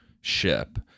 ship